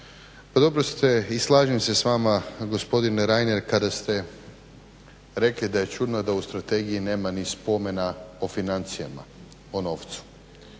Pa dobro ste i slažem se s vama gospodine Reiner kada ste rekli da je čudno da u strategiji nema ni spomena o financijama, o novcu.